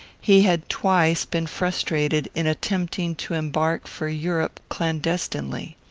he had twice been frustrated in attempting to embark for europe clandestinely.